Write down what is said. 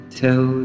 tell